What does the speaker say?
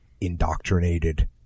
indoctrinated